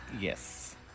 Yes